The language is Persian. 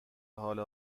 حال